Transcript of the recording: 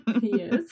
Yes